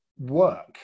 work